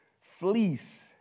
fleece